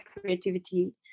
creativity